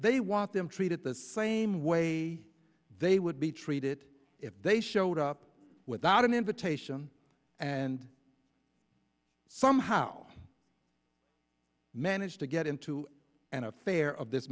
they want them treated the same way they would be treated if they showed up without an invitation and somehow managed to get into an affair of this